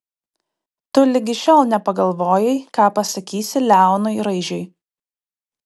tu ligi šiol nepagalvojai ką pasakysi leonui raižiui